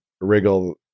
wriggle